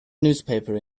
newspaper